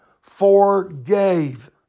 forgave